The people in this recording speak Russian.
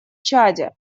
чаде